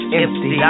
empty